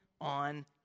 on